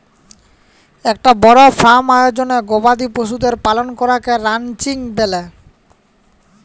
একটা বড় ফার্ম আয়জলে গবাদি পশুদের পালন করাকে রানচিং ব্যলে